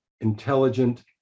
intelligent